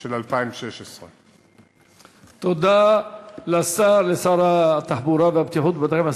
של 2016. תודה לשר התחבורה והבטיחות בדרכים,